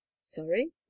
Sorry